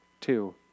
Two